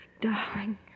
darling